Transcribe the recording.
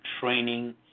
training